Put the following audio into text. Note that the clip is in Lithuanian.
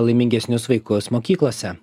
laimingesnius vaikus mokyklose